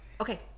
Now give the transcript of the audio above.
Okay